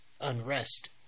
unrest